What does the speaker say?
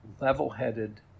level-headed